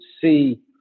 see